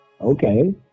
okay